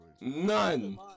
None